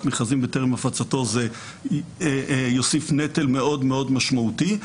מכרזים בטרם הפצתו יוסיף נטל מאוד מאוד משמעותי.